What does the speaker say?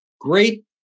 Great